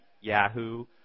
Yahoo